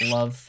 Love